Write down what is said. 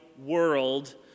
world